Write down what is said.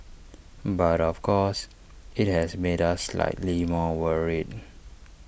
but of course IT has made us slightly more worried